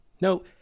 No